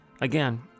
Again